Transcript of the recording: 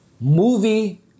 Movie